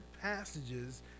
passages